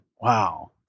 wow